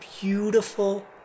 beautiful